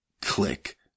Click